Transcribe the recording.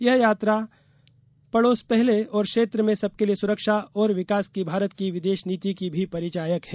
यह यात्रा पड़ोस पहले और क्षेत्र में सबके लिए सुरक्षा और विकास की भारत की विदेश नीति की भी परिचायक है